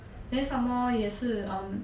then some more 也是 um